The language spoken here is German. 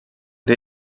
der